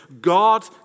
God